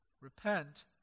Repent